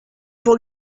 pour